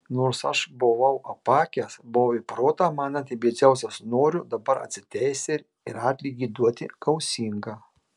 nors aš apakęs buvau ir protą man atėmė dzeusas noriu dabar atsiteisti ir atlygį duoti gausingą